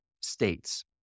states